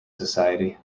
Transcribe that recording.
society